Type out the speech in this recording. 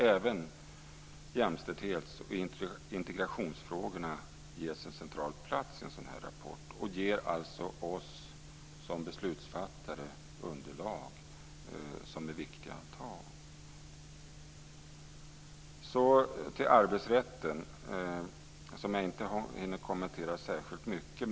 Även jämställdhetsoch integrationsfrågorna ges en central plats i en sådan här rapport och ger alltså oss som beslutsfattare underlag som är viktiga att ha. Arbetsrätten hinner jag inte kommentera särskilt mycket.